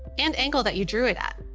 and angle that you drew it at.